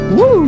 Woo